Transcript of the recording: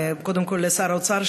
וקודם כול לשר האוצר,